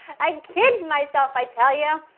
i kill myself i tell ya!